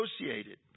associated